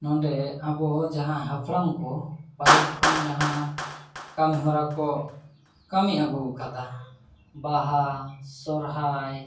ᱱᱚᱸᱰᱮ ᱡᱟᱦᱟᱸ ᱟᱵᱚ ᱦᱟᱯᱲᱟᱢ ᱠᱚ ᱯᱟᱹᱦᱤᱞ ᱠᱷᱚᱱ ᱡᱟᱦᱟᱸ ᱠᱟᱹᱢᱤ ᱦᱚᱨᱟ ᱠᱚ ᱠᱟᱹᱢᱤ ᱟᱹᱜᱩᱣᱟᱠᱟᱫᱟ ᱵᱟᱦᱟ ᱥᱚᱨᱦᱟᱭ